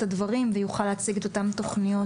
הדברים ויוכל להציג את אותן תכניות.